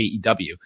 AEW